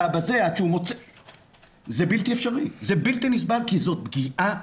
זה בלתי אפשרי, זה בלתי נסבל, כי זו פגיעה